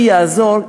הוא יעזור.